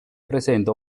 presenta